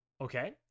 Okay